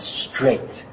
straight